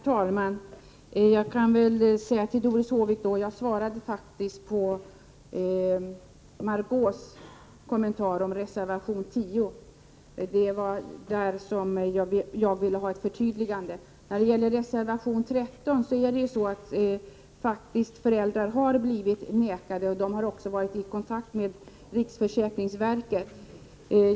Herr talman! Jag vill säga till Doris Håvik att jag svarade på Margö Ingvardssons kommentar till reservation 10. Det var på den punkten jag ville ha ett förtydligande. När det gäller reservation 13 vill jag säga att det faktiskt har hänt att föräldrar har blivit nekade. De har också varit i kontakt med riksförsäkrings verket.